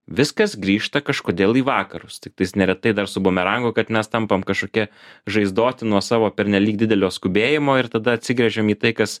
viskas grįžta kažkodėl į vakarus tiktais neretai dar su bumerangu kad mes tampam kažkokie žaizdoti nuo savo pernelyg didelio skubėjimo ir tada atsigręžiam į tai kas